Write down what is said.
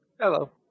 Hello